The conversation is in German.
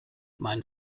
mein